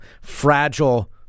fragile